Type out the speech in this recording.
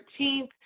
13th